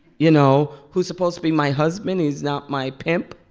you know, who's supposed to be my husband. he's not my pimp.